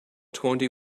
twenty